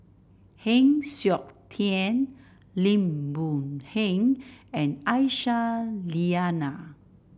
Heng Siok Tian Lim Boon Heng and Aisyah Lyana